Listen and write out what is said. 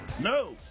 No